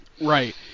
Right